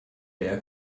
der